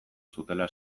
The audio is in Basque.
zutela